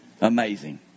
Amazing